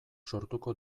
sortuko